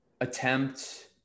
attempt